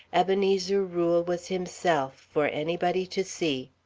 ebenezer rule was himself, for anybody to see.